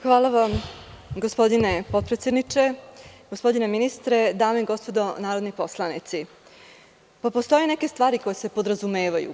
Hvala gospodine potpredsedniče, gospodine ministre, dame i gospodo narodni poslanici, postoje neke stvari koje se podrazumevaju.